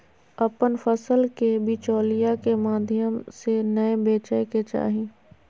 अपन फसल के बिचौलिया के माध्यम से नै बेचय के चाही